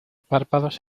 párpados